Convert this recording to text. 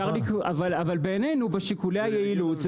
אבל בעינינו בשיקולי היעילות,